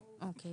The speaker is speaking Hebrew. אוקיי.